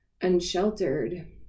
Unsheltered